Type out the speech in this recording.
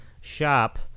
shop